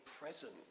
present